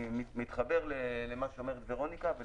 אני מתחבר למה שאומרת ורוניקה.